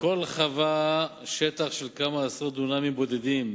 בכל חווה שטח של כמה עשרות דונמים בודדים,